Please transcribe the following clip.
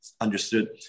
understood